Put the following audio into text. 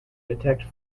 detect